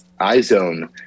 iZone